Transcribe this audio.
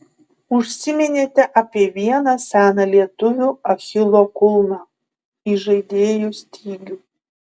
užsiminėte apie vieną seną lietuvių achilo kulną įžaidėjų stygių